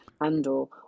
and/or